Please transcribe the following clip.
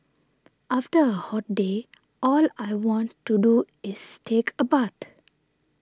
after a hot day all I want to do is take a bath